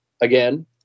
again